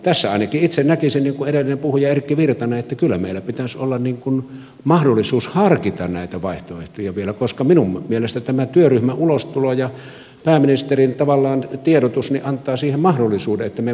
tässä ainakin itse näkisin niin kuin edellinen puhuja erkki virtanen että kyllä meillä pitäisi olla mahdollisuus harkita näitä vaihtoehtoja vielä koska minun mielestäni tämä työryhmän ulostulo ja pääministerin tiedotus tavallaan antavat siihen mahdollisuuden että me voimme vielä arvioida